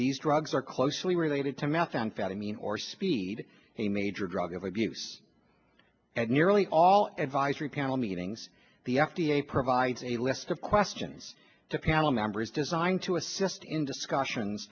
these drugs are closely related to methamphetamine or speed a major drug of abuse and nearly all advisory panel meetings the f d a provides a list of questions to panel members designed to assist in discussions